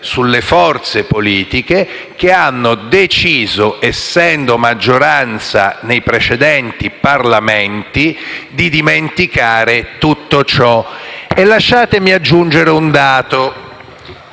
sulle forze politiche che hanno deciso, essendo maggioranza nei precedenti Parlamenti, di dimenticare tutto ciò. E lasciatemi aggiungere un dato.